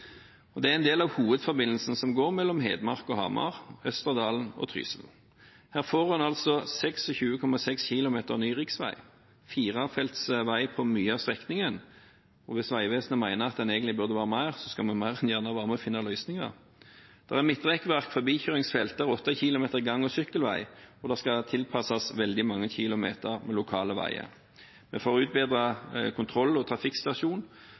Det er en del av hovedforbindelsen som går mellom Hedmark og Hamar, Østerdalen og Trysil. Her får man altså 26,6 km ny riksvei, firefeltsvei på mye av strekningen. Og hvis Vegvesenet mener at det egentlig burde være mer, skal vi mer enn gjerne være med og finne løsninger. Det er midtrekkverk, forbikjøringsfelt og 8 km gang- og sykkelvei, og det skal tilpasses veldig mange kilometer med lokale veier. For å utbedre kontroll- og